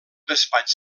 despatx